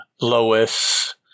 Lois